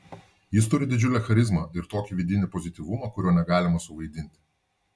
jis turi didžiulę charizmą ir tokį vidinį pozityvumą kurio negalima suvaidinti